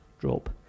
drop